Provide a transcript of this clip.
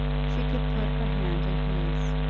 she could put her hand in his,